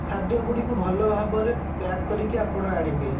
ଖାଦ୍ୟଗୁଡ଼ିକୁ ଭଲ ଭାବରେ ପ୍ୟାକ୍ କରିକି ଆପଣ ଆଣିବେ